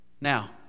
Now